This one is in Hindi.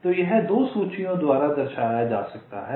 तो यह 2 सूचियों द्वारा दर्शाया जा सकता है